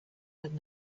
had